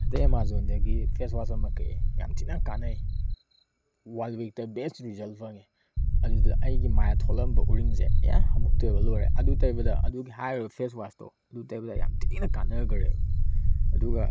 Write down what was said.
ꯍꯟꯗꯛ ꯑꯦꯃꯥꯖꯣꯟꯗꯒꯤ ꯐꯦꯁꯋꯥꯁ ꯑꯃ ꯀꯛꯑꯦ ꯌꯥꯝ ꯊꯤꯅ ꯀꯥꯅꯩ ꯋꯥꯜ ꯋꯤꯛꯇ ꯕꯦꯁ ꯔꯤꯖꯜ ꯐꯪꯏ ꯑꯗꯨꯗ ꯑꯩꯒꯤ ꯃꯥꯏꯗ ꯊꯣꯛꯂꯝꯕ ꯎꯔꯤꯡꯁꯦ ꯑꯦ ꯑꯃꯨꯛꯇꯣꯏꯕ ꯂꯣꯏꯔꯦ ꯑꯗꯨ ꯇꯩꯕꯗ ꯑꯗꯨꯒꯤ ꯍꯥꯏꯔꯤꯕ ꯐꯦꯁꯋꯥꯁꯇꯣ ꯑꯗꯨ ꯇꯩꯕꯗ ꯌꯥꯝ ꯊꯤꯅ ꯀꯥꯅꯆꯈ꯭ꯔꯦꯕ ꯑꯗꯨꯒ